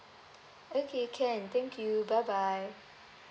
okay can thank you bye bye